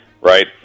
right